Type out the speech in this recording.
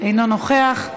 אינו נוכח.